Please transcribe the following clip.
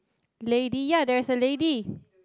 lady ya there's a lady